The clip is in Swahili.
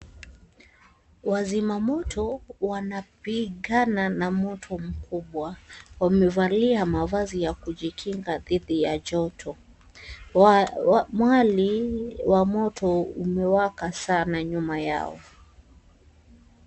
Wazima moto wanapigana na moto mkubwa. Wamevalia mavazi ya kujikinga dhidi ya joto. Mwali wa moto umewaka sana nyuma yao.